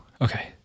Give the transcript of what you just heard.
Okay